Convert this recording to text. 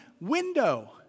window